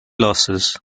losses